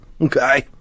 okay